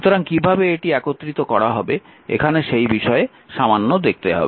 সুতরাং কীভাবে এটি একত্রিত করা হবে এখানে সেই বিষয়ে সামান্য দেখতে হবে